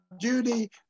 Judy